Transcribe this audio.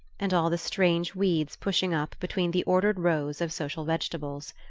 and all the strange weeds pushing up between the ordered rows of social vegetables.